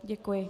Děkuji.